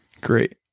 Great